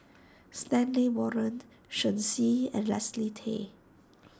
Stanley Warren Shen Xi and Leslie Tay